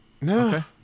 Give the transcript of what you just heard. No